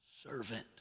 Servant